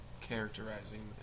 characterizing